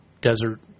desert